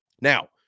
Now